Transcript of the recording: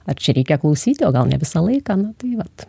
ar čia reikia klausyti o gal ne visą laiką nu tai vat